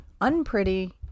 Unpretty